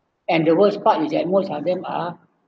and the worst part is at most of them are